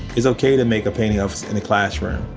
it's ok to make a painting in a classroom.